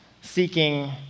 seeking